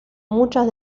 muchas